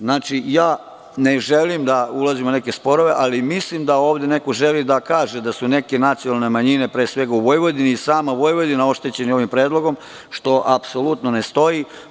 Znači, ja ne želim da ulazim u neke sporove, ali mislim da ovde neko želi da kaže da su neke nacionalne manjine, pre svega u Vojvodini i sama Vojvodina, oštećeni ovim predlogom, što apsolutno ne stoji.